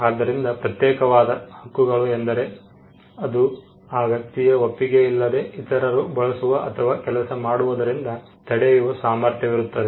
ಆದ್ದರಿಂದ ಪ್ರತ್ಯೇಕವಾದ ಹಕ್ಕುಗಳು ಎಂದರೆ ಅದು ಆ ವ್ಯಕ್ತಿಯ ಒಪ್ಪಿಗೆಯಿಲ್ಲದೆ ಇತರರು ಬಳಸುವ ಅಥವಾ ಕೆಲಸ ಮಾಡುವುದರಿಂದ ತಡೆಯುವ ಸಾಮರ್ಥ್ಯವಿರುತ್ತದೆ